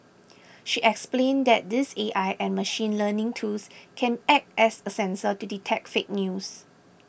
she explained that these A I and machine learning tools can act as a sensor to detect fake news